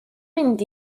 mynd